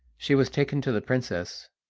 she was taken to the princess,